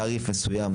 תעריף מסוים,